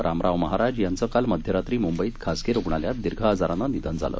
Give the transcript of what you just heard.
रामराव महाराज यांचं काल मध्यरात्री मुंबईत खाजगी रुग्णालयात दीर्घ आजारानं निधन झालं